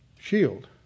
shield